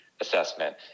assessment